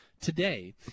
today